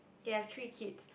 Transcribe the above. they have three kids